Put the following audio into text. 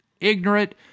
ignorant